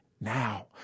now